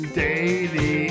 daily